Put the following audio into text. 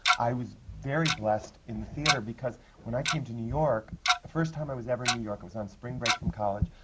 i was very blessed in the theatre, because when i came to new york, the first time i was ever in new york, i was on spring break from college,